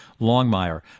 Longmire